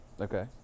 Okay